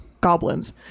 goblins